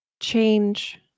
change